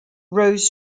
rose